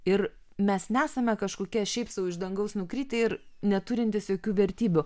ir mes nesame kažkokie šiaip sau iš dangaus nukritę ir neturintys jokių vertybių